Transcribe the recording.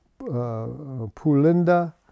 Pulinda